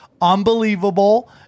Unbelievable